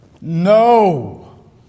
no